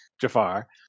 Jafar